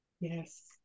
Yes